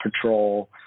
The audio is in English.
patrol